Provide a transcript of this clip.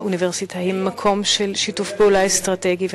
אוניברסיטה היא מקום של שיתוף פעולה אסטרטגי.